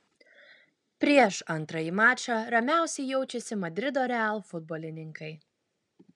prieš antrąjį mačą ramiausiai jaučiasi madrido real futbolininkai